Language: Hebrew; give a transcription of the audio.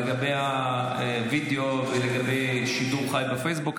לגבי וידאו ולגבי שידור חי בפייסבוק.